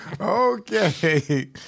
Okay